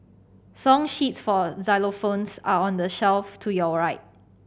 song sheets for xylophones are on the shelf to your right